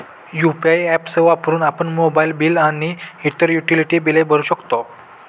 UPI apps वापरून आपण mobile bill आणि इतर युटिलिटी बिले भरू शकतो